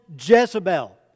Jezebel